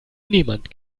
niemand